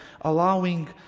allowing